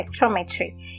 spectrometry